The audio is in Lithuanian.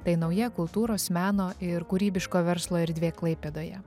tai nauja kultūros meno ir kūrybiško verslo erdvė klaipėdoje